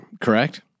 correct